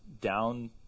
down